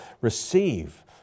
receive